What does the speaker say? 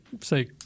say